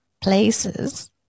places